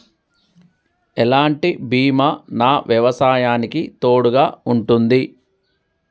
ఎలాంటి బీమా నా వ్యవసాయానికి తోడుగా ఉంటుంది?